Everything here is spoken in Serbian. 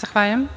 Zahvaljujem.